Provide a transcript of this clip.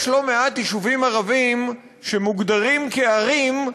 יש לא מעט יישובים ערביים שמוגדרים כערים,